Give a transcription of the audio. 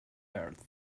earth